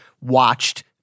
watched